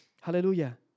Hallelujah